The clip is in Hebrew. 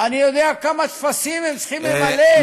אני יודע כמה טפסים הם צריכים למלא,